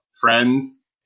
friends